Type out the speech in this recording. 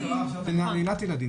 אחד האסונות שקרו עכשיו זה נעילת ילדים,